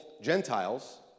Gentiles